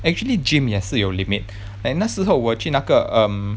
actually gym 也是有 limit like 那时候我去那个 um